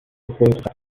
خودتو